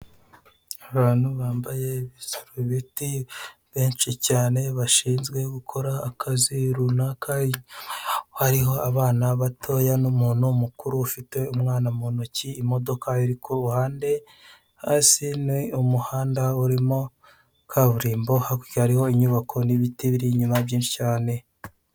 Abantu bambaye ibisarubeti benshi cyane, bashinzwe gukora akazi runaka, inyuma yaho hariho abana batoya n'umuntu mukuru ufite umwana mu ntoki, imodoka iri ku ruhande, hasi ni umuhanda urimo kaburimbo, hakurya hariho inyubako n'ibiti biri inyuma, byinshi cyane.